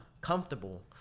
comfortable